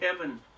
heaven